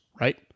right